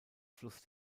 fluss